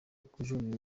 kujuririra